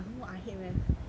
I don't know I hate math